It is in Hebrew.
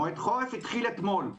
מועד חורף התחיל אתמול.